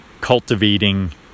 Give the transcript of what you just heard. cultivating